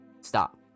stop